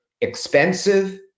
expensive